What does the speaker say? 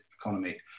economy